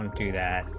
um do that,